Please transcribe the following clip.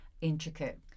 intricate